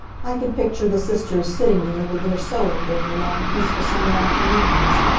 i could picture the sisters sitting there with their sewing during the long, peaceful summer afternoons.